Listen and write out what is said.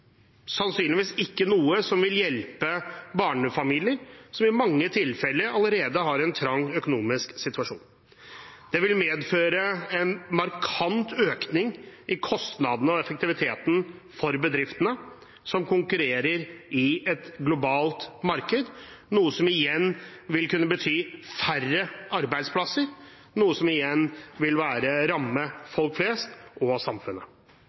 sannsynligvis ikke noe som vil hjelpe barnefamilier, som i mange tilfeller allerede har en trang økonomisk situasjon. Det vil medføre en markant økning i kostnadene og effektiviteten for bedriftene, som konkurrerer i et globalt marked, noe som igjen vil kunne bety færre arbeidsplasser og slik ramme folk flest og samfunnet. Det vil